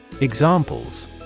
Examples